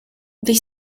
they